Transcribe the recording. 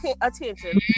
attention